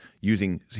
using